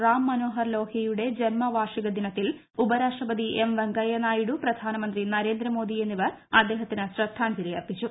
റാം മനോഹർ ലോഹ്യയുടെ ജന്മവാർഷികദിനത്തിൽ ഉപരാഷ്ട്രപതി എം വെങ്കയ്യ നായിഡു പ്രധാനമന്ത്രി നരേന്ദ്രമോദി എന്നിവർ അദ്ദേഹത്തിന് ശ്രദ്ധാഞ്ജലി അർപ്പിച്ചു